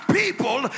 people